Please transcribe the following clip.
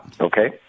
Okay